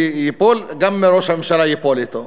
גם ראש הממשלה ייפול אתו.